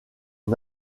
son